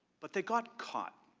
but they got caught.